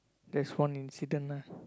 that's one incident ah